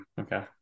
Okay